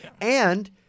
And-